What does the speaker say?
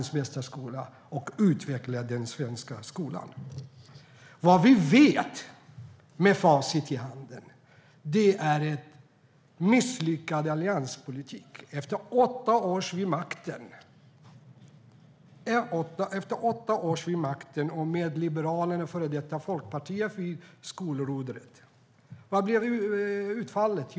Vad regeringen vill är att utveckla den svenska skolan. Vad vet vi med facit i hand efter åtta år med misslyckad allianspolitik och med Liberalerna, före detta Folkpartiet, vid skolrodret? Vad blev utfallet?